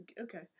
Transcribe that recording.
okay